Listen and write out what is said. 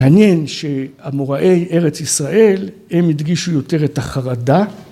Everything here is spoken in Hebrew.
‫מעניין שאמוראי ארץ ישראל, ‫הם הדגישו יותר את החרדה.